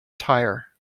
tyre